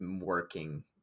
working